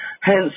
hence